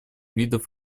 видов